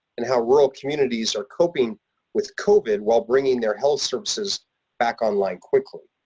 and how rural communities are coping with covid while bringing their health services back online quickly.